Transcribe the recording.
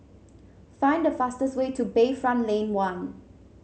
find the fastest way to Bayfront Lane One